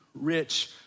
rich